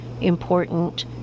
important